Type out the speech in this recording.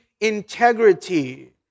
integrity